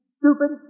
stupid